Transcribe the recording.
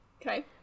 Okay